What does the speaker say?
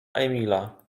emila